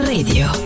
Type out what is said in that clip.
Radio